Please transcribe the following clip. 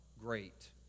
great